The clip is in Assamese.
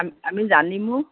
আমি জানিমো